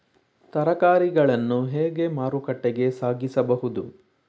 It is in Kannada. ತರಕಾರಿಗಳನ್ನು ಹೇಗೆ ಮಾರುಕಟ್ಟೆಗೆ ಸಾಗಿಸಬಹುದು?